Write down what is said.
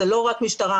זה לא רק משטרה,